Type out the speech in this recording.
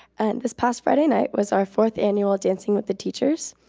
and this past friday night was our fourth annual dancing with the teachers.